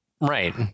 Right